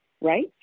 right